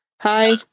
hi